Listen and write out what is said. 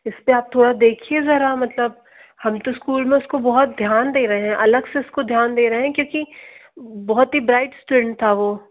इसपे आप थोड़ा देखिए ज़रा मतलब हम तो स्कूल में उसको बहुत ध्यान दे रहें हैं अलग से उसको ध्यान दे रहे हैं क्योंकि बहुत ही ब्राइट स्टूडेंट था वो